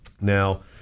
Now